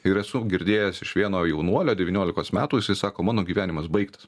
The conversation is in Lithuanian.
ir esu girdėjęs iš vieno jaunuolio devyniolikos metų jisai sako mano gyvenimas baigtas